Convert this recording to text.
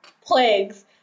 plagues